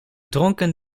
dronken